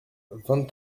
vingt